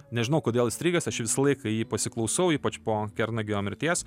nežinau kodėl įstrigęs aš visą laiką jį pasiklausau ypač po kernagio mirties